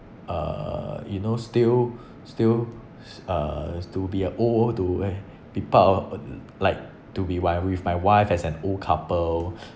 uh you know still still uh to be a old to eh be part of a like to be wi~ with my wife as an old couple